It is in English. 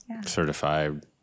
certified